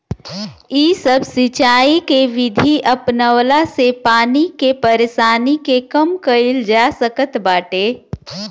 इ सब सिंचाई के विधि अपनवला से पानी के परेशानी के कम कईल जा सकत बाटे